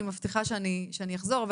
אני מבטיחה שאני אחזור לשאר הבנות.